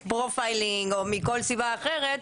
מפרופיילינג או מכל סיבה אחרת,